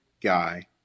guy